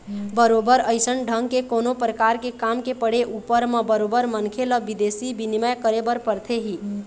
बरोबर अइसन ढंग के कोनो परकार के काम के पड़े ऊपर म बरोबर मनखे ल बिदेशी बिनिमय करे बर परथे ही